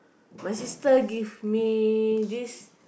my sister give me this